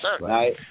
Right